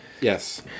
Yes